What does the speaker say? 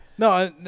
No